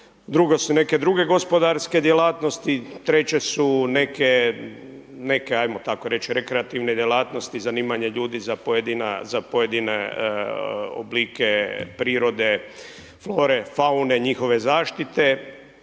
drugo su neke druge gospodarske djelatnosti, treće su neke ajmo tako reć neke rekreativne djelatnosti, zanimanje ljudi za pojedina, za pojedine oblike prirode, flore, faune njihove zaštite